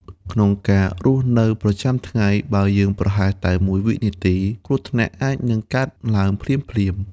ក្នុងការរស់នៅប្រចាំថ្ងៃ បើយើងប្រហែសតែមួយវិនាទី គ្រោះថ្នាក់អាចនឹងកើតឡើងភ្លាមៗ។